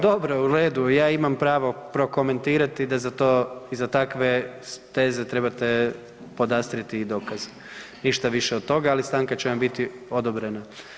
Dobro, u redu, ja imamo pravo prokomentirati da za to i za takve teze trebate podastrijeti i dokaze, ništa više od toga, ali stanka će vam biti odobrena.